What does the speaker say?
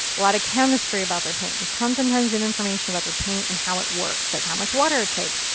lot of chemistry about their paint. just tons and tons of information about their paint and how it works. like how much water it takes.